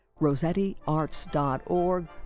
RosettiArts.org